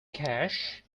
cash